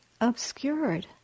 obscured